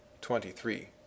Twenty-three